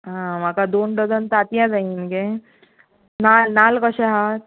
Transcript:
आं म्हाका दोन डजन तातियां जायी मिगे ना नाल्ल कशें हा